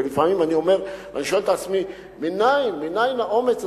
ולפעמים אני שואל את עצמי: מנין האומץ הזה,